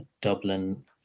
Dublin